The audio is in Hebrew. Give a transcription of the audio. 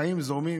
החיים זורמים,